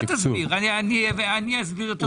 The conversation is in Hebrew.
אל תסביר, אני אסביר טוב יותר.